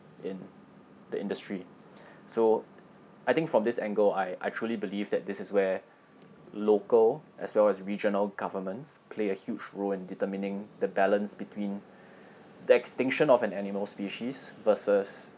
in the industry so I think from this angle I I truly believe that this is where local as well as regional governments play a huge role in determining the balance between the extinction of an animal species versus